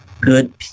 good